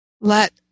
Let